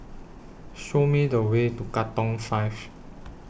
Show Me The Way to Katong five